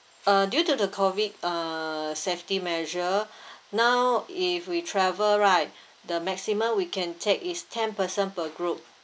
uh due to the COVID uh safety measure now if we travel right the maximum we can take is ten person per group